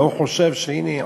והוא חושב שהנה,